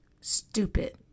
stupid